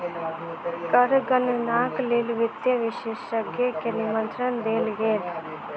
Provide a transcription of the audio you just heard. कर गणनाक लेल वित्तीय विशेषज्ञ के निमंत्रण देल गेल